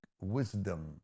wisdom